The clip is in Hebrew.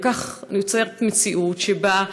וכך נוצרת מציאות שבה,